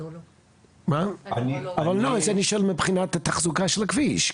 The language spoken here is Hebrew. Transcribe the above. זה אני שואל מבחינת התחזוקה של הכביש.